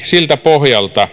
siltä pohjalta